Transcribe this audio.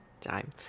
Time